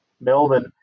Melbourne